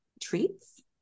treats